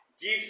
Give